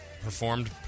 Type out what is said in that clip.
performed